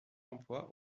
emploi